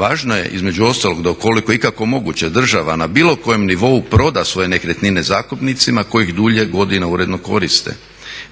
Važno je između ostalog da ukoliko je ikako moguće država na bilo kojem nivou proda svoje nekretnine zakupnicima kojih dulje godina uredno koriste.